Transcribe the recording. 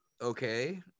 Okay